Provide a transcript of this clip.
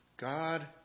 God